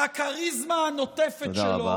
שהכריזמה הנוטפת שלו